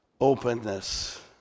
openness